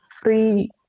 free